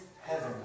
heaven